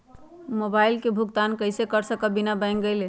Mobile के भुगतान कईसे कर सकब बिना बैंक गईले?